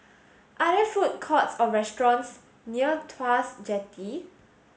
are there food courts or restaurants near Tuas Jetty